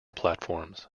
platforms